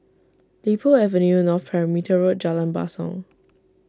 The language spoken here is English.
Li Po Avenue North Perimeter Road Jalan Basong